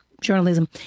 journalism